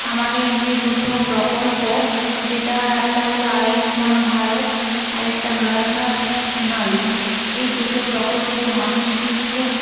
আমাদের যে দুটো প্রকল্প যেটা একটা হল আয়ুস্মান ভারত আর একটা ঘর ঘর নল এই দুটো প্রকল্প মানুষকে খুব